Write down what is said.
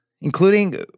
Including